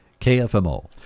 KFMO